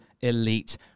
Elite